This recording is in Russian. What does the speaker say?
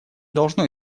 должно